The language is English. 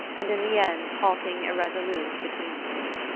and in the end halting irresolute between the two.